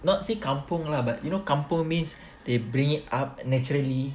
not say kampung lah but you know kampung means they bring it up naturally